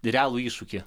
realų iššūkį